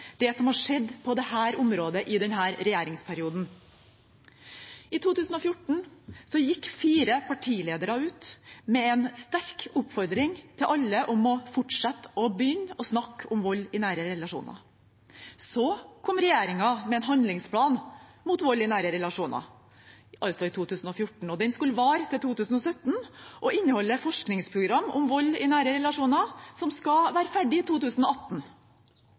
det som har skjedd på dette området i denne regjeringsperioden. I 2014 gikk fire partiledere ut med en sterk oppfordring til alle om å fortsette eller begynne å snakke om vold i nære relasjoner. Så kom regjeringen med en handlingsplan mot vold i nære relasjoner – i 2014. Den skulle vare til 2017 og inneholde et forskningsprogram om vold i nære relasjoner som skulle være ferdig i 2018.